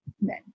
men